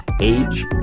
age